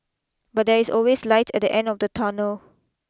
but there is always light at the end of the tunnel